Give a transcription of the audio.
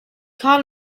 caught